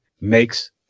makes